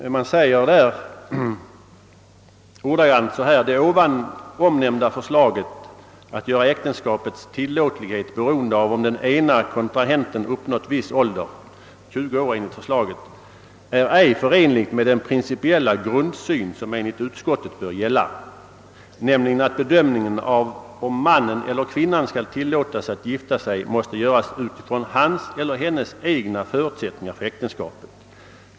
Utskottet säger sålunda ordagrant: »Det ovan omnämnda förslaget att göra äktenskapets tillåtlighet beroende av om den ena kontrahenten uppnått viss ålder, 20 år enligt förslaget, är ej förenligt med den principiella grundsyn som enligt utskottet bör gälla, nämligen att bedömningen av om mannen eller kvinnan skall tillåtas att gifta sig måste göras utifrån hans eller hennes egna förutsättningar för äktenskapet.